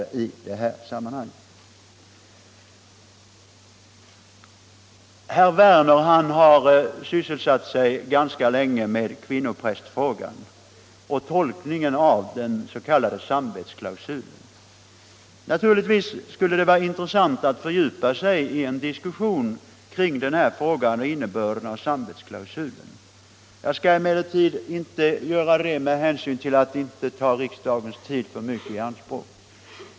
Herr Werner i Malmö har ganska länge sysselsatt sig med kvinnoprästfrågan och tolkningen av den s.k. samvetsklausulen. Naturligtvis skulle det vara intressant att fördjupa sig i en diskussion kring innebörden av samvetsklausulen. Jag skall emellertid inte göra det för att inte för mycket ta riksdagens tid i anspråk.